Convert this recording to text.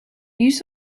use